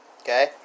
Okay